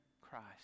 Christ